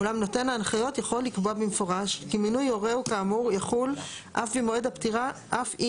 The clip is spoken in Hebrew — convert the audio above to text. ואולם נותן ההנחיות יכול לקבוע במפורש כי מינוי הוריו כאמור יחול אף אם